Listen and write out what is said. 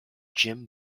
jim